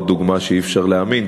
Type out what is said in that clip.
עוד דוגמה שאי-אפשר להאמין,